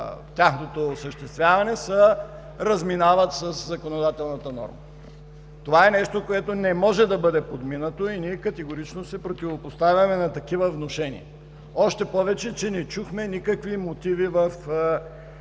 тяхното осъществяване се разминават със законодателната норма. Това е нещо, което не може да бъде подминато, и ние категорично се противопоставяме на такива внушения. Още повече че не чухме никакви мотиви в